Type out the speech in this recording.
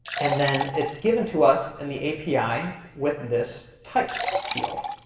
and then it's given to us in the api with this types field.